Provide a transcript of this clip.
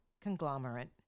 conglomerate